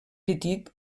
petit